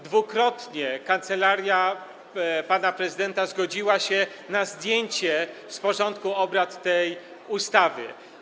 Dwukrotnie kancelaria pana prezydenta zgodziła się na zdjęcie z porządku obrad tej ustawy.